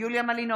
יוליה מלינובסקי,